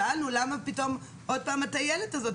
שאלנו, "למה פתאום הטיילת הזו עוד פעם?